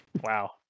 Wow